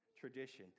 tradition